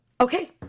okay